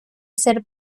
ser